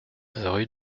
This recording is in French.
rue